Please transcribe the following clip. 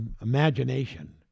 imagination